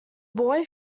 boy